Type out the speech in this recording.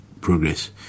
progress